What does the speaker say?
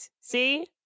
See